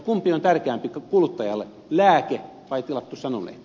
kumpi on tärkeämpi kuluttajalle lääke vai tilattu sanomalehti